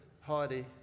Heidi